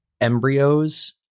embryos